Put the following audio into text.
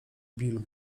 bill